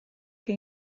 che